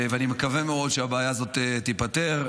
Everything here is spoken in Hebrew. ואני מקווה מאוד שהבעיה הזאת תיפתר.